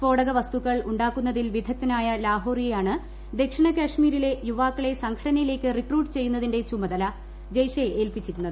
സ്ഫോടക വസ്തുക്കൾ ഉണ്ടാക്കുന്നതിൽ വിദഗ്ധനായ ലാഹോറിയെയാണ് ദക്ഷിണ കശ്മീരിലെ യുവാക്കളെ സംഘടനയിലേക്ക് റിക്രൂട്ട് ചെയ്യുന്നതിന്റെ ചുമതല ജയ്ഷെ ഏൽപ്പിച്ചിരിക്കുന്നത്